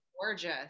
gorgeous